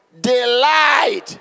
delight